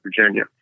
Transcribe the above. Virginia